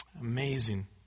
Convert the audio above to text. Amazing